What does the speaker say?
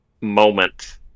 moment